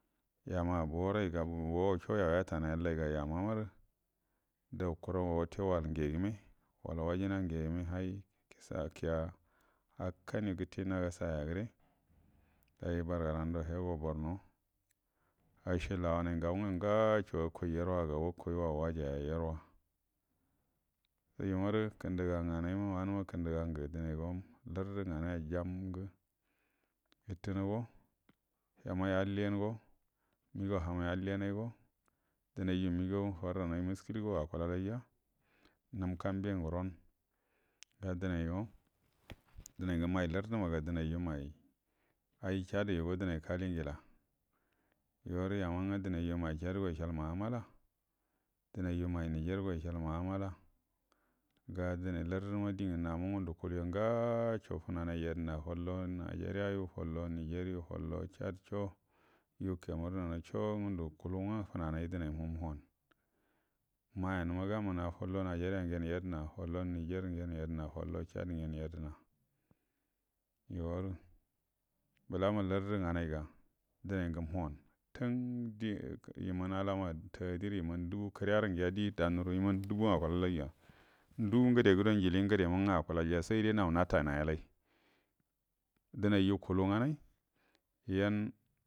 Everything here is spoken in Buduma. Yama bow raiga bow sho yau yatana gal laiga yana maru dan kurau wate wall ngegime wal wajina ngegime hai kiya akkan yu gutte naga saga gure dai bargarando hego barno ashe lawanai ngan nga ngaasho ikai yerwaga bakai wan wajaya yerwa yumaru kunduga nganaima wanuma kinduja nga ndunago lartu nganaya jaum ngu itungo yamai alliyango migan hamoi alliyanaigo dunaju higau fawaha uniskill go akulal anja num kamben ngunon ga dunango duna ngu num kamben ngunan ga dunaigo duno ngu mai lartumaga dunaju mai ayi chad yugu dunan kaligila yoru yamanga dunaju mai chad go ishal ma'amda dunaju anai nigen go ishal maamala ga dunai lartuma dingu namu ngundu kulu ima ngasho fu nanai yedəna follo nigeria yu follo niger yu follo chad cho yu cameroon cho nguudu kulu nga funanai dunaimu menə mayenma gamunna follo nigeria ngen yadəna follo niger njen yadena follo chad ngen yadəna yuwaru blama lartu nganai ga duna ngu manə tun di iman alama tagdir iman dubu kəriyaru ngiya drannaru iman dubuwo akulallaija ndu ngude gudo njili ngude manga akulalya saide nau natamayalai duniju kulu nganoi yanə.